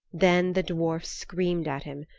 then the dwarf screamed at him,